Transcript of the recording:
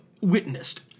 witnessed